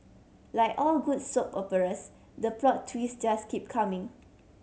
like all good soap operas the plot twist just keep coming